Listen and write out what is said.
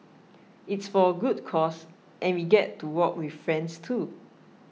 it's for a good cause and we get to walk with friends too